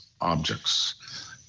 objects